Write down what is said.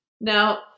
now